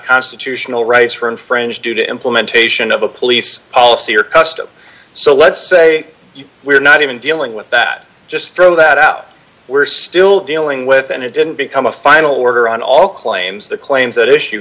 constitutional rights from french due to implementation of a police policy or custom so let's say we're not even dealing with that just throw that out we're still dealing with and it didn't become a final order on all claims the claims that issue